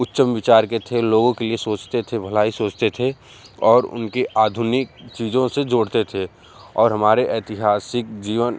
उच्च विचार के थे लोगों के लिए सोचते थे भलाई सोचते थे और उनकी आधुनिक चीज़ों से जोड़ते थे और हमारे ऐतिहासिक जीवन